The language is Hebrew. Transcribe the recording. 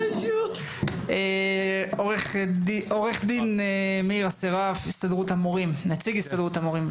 עו"ד מאיר אסרף, נציג הסתדרות המורים.